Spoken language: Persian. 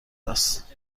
است